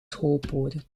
schoolpoort